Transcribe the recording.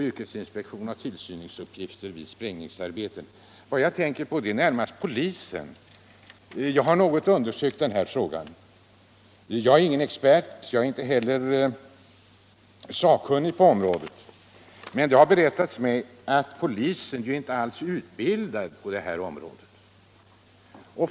Yrkesinspektionen har tillsynsuppgifter vid sprängningsarbeten.” Jag har något undersökt den här frågan. Jag är ingen expert, och jag är inte heller sakkunnig på området, men det har berättats mig att polisen inte alls är utbildad på detta område.